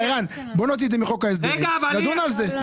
ערן, בוא נוציא את זה מחוק ההסדרים ונדון על זה.